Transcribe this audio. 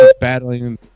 battling